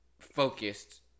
focused